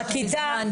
הכיתה,